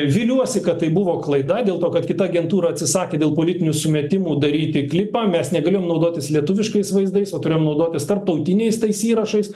viliuosi kad tai buvo klaida dėl to kad kita agentūra atsisakė dėl politinių sumetimų daryti klipą mes negalėjom naudotis lietuviškais vaizdais o turėjom naudotis tarptautiniais tais įrašais